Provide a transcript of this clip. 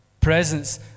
presence